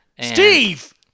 Steve